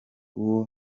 uwo